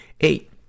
Eight